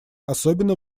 особенно